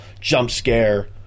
jump-scare